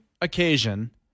occasion